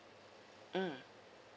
mm